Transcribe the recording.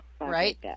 Right